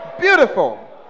Beautiful